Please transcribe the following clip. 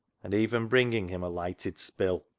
and even bringing him a lighted spill.